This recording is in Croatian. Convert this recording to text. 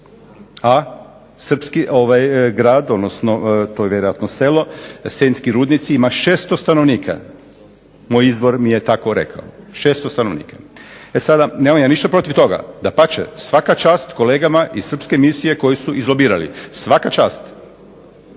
a srpski grad odnosno to je vjerojatno selo Senjski rudnici ima 600 stanovnika. Moj izvor mi je tako rekao, 600 stanovnika. Nemam ja ništa protiv toga, dapače. Svaka čast kolegama iz srpske misije koji su izlobirali, svaka čast.